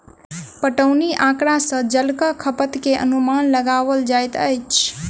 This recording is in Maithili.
पटौनी आँकड़ा सॅ जलक खपत के अनुमान लगाओल जाइत अछि